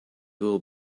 will